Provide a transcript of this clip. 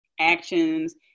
actions